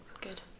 good